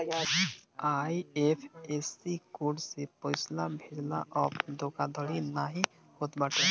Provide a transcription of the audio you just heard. IFSC code से पइसा भेजला पअ धोखाधड़ी नाइ होत बाटे